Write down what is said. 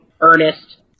Ernest